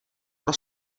pro